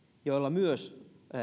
joilla myös